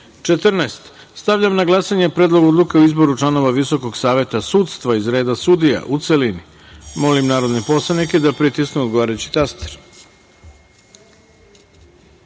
tačka. Stavljam na glasanje Predlog odluke o izboru članova Visokog saveta sudstva iz reda sudija, u celini. Molim narodne poslanike da pritisnu odgovarajući